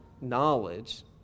knowledge